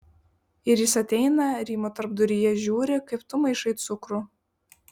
ir jis ateina rymo tarpduryje žiūri kaip tu maišai cukrų